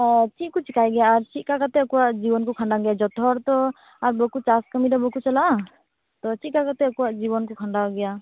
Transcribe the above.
ᱮ ᱪᱮᱫᱠᱚ ᱪᱤᱠᱟᱹᱭ ᱜᱮᱭᱟ ᱟ ᱪᱮᱫᱠᱟ ᱠᱟᱛᱮ ᱟᱠᱚᱣᱟᱜ ᱡᱤᱭᱚᱱ ᱠᱚ ᱠᱷᱟᱸᱰᱟᱣ ᱜᱮᱭᱟ ᱡᱚᱛᱚ ᱦᱚᱲ ᱛᱚ ᱟᱨ ᱵᱚᱠᱚ ᱪᱟᱥ ᱠᱟᱹᱢᱤᱫᱚ ᱵᱟᱠᱚ ᱪᱟᱞᱟᱜᱼᱟ ᱛᱚ ᱪᱮᱫᱠᱟ ᱠᱟᱛᱮᱫ ᱟᱠᱚᱣᱟᱜ ᱡᱤᱭᱚᱱ ᱠᱚ ᱠᱷᱟᱸᱰᱟᱣ ᱜᱮᱭᱟ